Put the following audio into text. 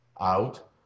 out